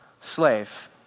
slave